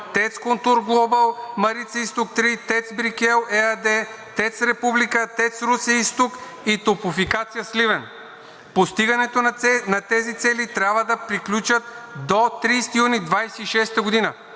„ТЕЦ КонтурГлобал Марица Изток 3“ и ТЕЦ „Брикел“ ЕАД, ТЕЦ „Република“, ТЕЦ „Русе – Изток“ и Топлофикация – Сливен. Постигането на тези цели трябва да приключи до 30 юни 2026 г.